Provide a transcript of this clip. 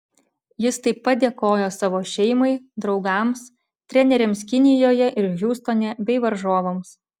jis taip pat dėkojo savo šeimai draugams treneriams kinijoje ir hjustone bei varžovams